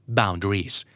boundaries